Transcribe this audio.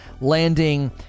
landing